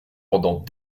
pendant